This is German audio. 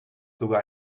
sogar